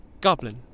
Goblin